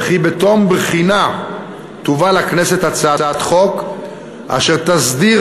וכי בתום הבחינה תובא לכנסת הצעת חוק אשר תסדיר